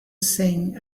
sing